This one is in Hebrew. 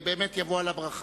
באמת יבוא על הברכה.